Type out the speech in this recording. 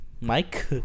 Mike